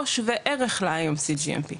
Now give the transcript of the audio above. imcgmp, או שווה ערך ל, imcgmp.